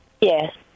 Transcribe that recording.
Yes